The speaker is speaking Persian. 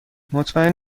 مطمئن